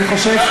אני חושב,